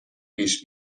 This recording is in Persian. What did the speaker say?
پیش